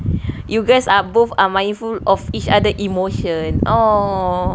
you guys are both are mindful of each other emotion oh